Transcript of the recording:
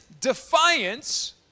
defiance